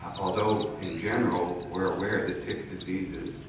although in general, we're aware that tick diseases,